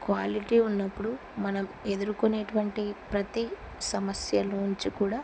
quality ఉన్నప్పుడు మనం ఎదుర్కొనేటటువంటి ప్రతి సమస్యలోంచి కూడా